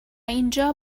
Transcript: اینجا